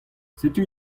setu